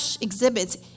exhibits